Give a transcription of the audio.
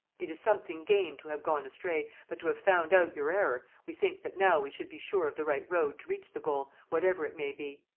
it is something gained to have gone astray, but to have found out your error we think that now we should be sure of the right road to reach the goal, whatever it may be.